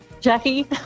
Jackie